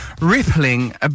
rippling